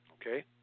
Okay